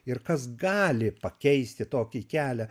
ir kas gali pakeisti tokį kelią